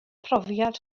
profiad